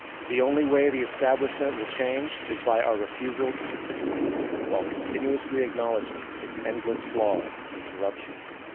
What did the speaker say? the only way the establishment will change is by our refusal to participate while continuously acknowledging it's endless flaws and corruptions.